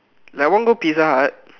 like want go pizza hut